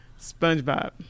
SpongeBob